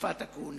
לתקופת הכהונה.